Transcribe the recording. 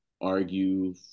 argue